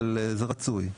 אבל זה רצוי.